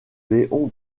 léon